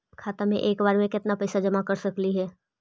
खाता मे एक बार मे केत्ना पैसा जमा कर सकली हे?